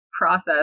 process